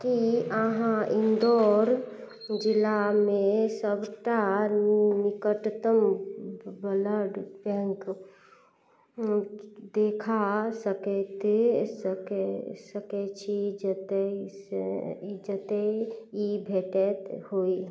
कि अहाँ इन्दौर जिलामे सबटा निकटतम ब्लड बैँक देखा सकैत सकै छी जतए जतए ई भेटैत होइ